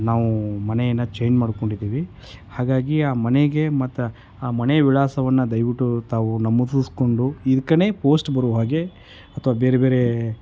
ನಾವು ಮನೆಯನ್ನು ಚೇಂಜ್ ಮಾಡಿಕೊಂಡಿದ್ದೀವಿ ಹಾಗಾಗಿ ಆ ಮನೆಗೇ ಮತ್ತು ಆ ಮನೆೆಯ ವಿಳಾಸವನ್ನು ದಯವಿಟ್ಟು ತಾವು ನಮೂದಿಸ್ಕೊಂಡು ಇದ್ಕೇನೇ ಪೋಸ್ಟ್ ಬರುವ ಹಾಗೆ ಅಥವಾ ಬೇರೆ ಬೇರೆ